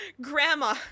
Grandma